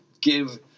give